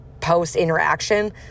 post-interaction